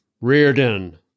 Reardon